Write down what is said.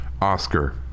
Oscar